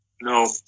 no